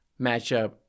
matchup